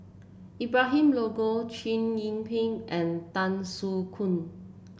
Abraham Logan Chow Yian Ping and Tan Soo Khoon